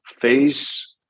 face